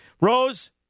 Rose